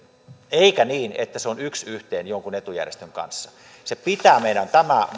eikä niin että se on yks yhteen jonkun etujärjestön kanssa se pitää meidän